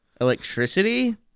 electricity